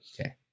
Okay